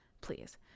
Please